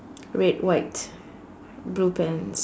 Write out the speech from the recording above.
red white blue pants